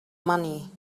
money